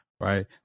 right